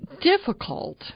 difficult